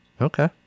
Okay